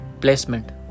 Placement